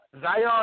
Zion